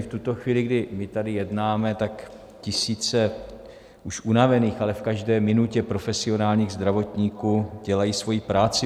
V tuto chvíli, kdy my tady jednáme, tak tisíce už unavených, ale v každé minutě profesionálních zdravotníků dělají svoji práci.